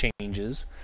changes